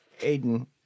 Aiden